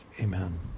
amen